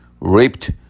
raped